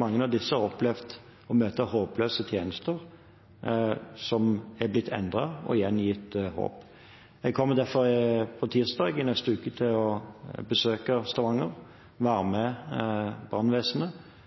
mange av disse har opplevd å møte håpløse tjenester, som har blitt endret, og har igjen blitt gitt håp. Tirsdag i neste uke kommer jeg derfor til å besøke Stavanger og være med brannvesenet